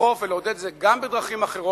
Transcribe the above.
ולדחוף ולעודד את זה גם בדרכים אחרות,